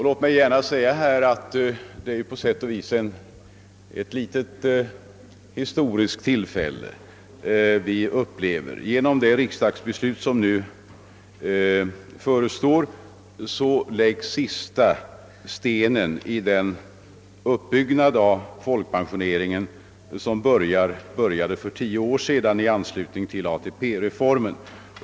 Låt mig säga, att det är något av ett historiskt tillfälle vi nu upplever. Genom det riksdagsbeslut som förestår läggs sista stenen till den folkpensionsbyggnad som började uppföras för tio år sedan i anslutning till ATP reformen.